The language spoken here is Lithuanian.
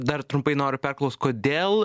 dar trumpai noriu perklaust kodėl